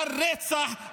על רצח,